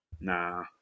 nah